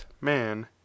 man